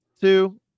two